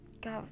God